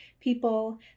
people